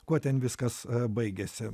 kuo ten viskas baigiasi